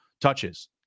touches